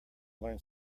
learn